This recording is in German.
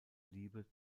liebe